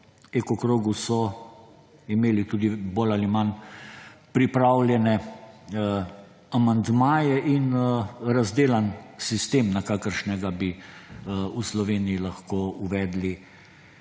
Eko krogu so imeli tudi bolj ali manj pripravljene amandmaje in razdelan sistem, na kakršnega bi v Sloveniji lahko uvedli